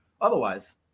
Otherwise